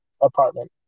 apartment